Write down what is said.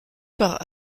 par